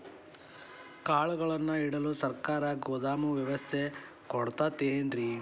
ಕಾಳುಗಳನ್ನುಇಡಲು ಸರಕಾರ ಗೋದಾಮು ವ್ಯವಸ್ಥೆ ಕೊಡತೈತೇನ್ರಿ?